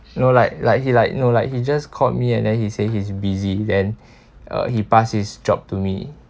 no like like he like no like he just call me and then he say he's busy then uh he pass his job to me